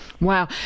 Wow